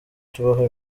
tubaho